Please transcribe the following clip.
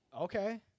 Okay